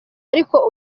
ariko